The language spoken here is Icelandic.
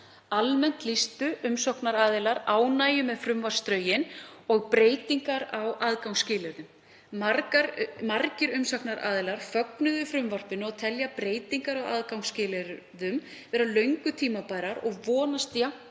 Almennt lýstu umsagnaraðilar ánægju með frumvarpsdrögin og breytingar á aðgangsskilyrðum. Margir umsagnaraðilar fögnuðu frumvarpinu og telja breytingar á aðgangsskilyrðum löngu tímabærar og vonast jafnframt